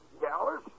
Dallas